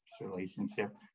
relationship